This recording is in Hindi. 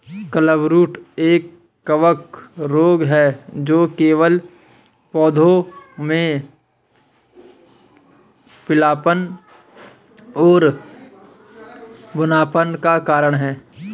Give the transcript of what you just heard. क्लबरूट एक कवक रोग है जो केवल पौधों में पीलापन और बौनापन का कारण है